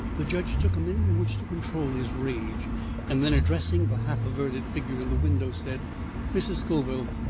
the judge took a minute in which to control his rage and then addressing the half-averted figure in the window said mrs. scoville,